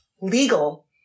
legal